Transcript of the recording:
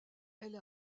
elle